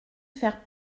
faire